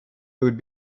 would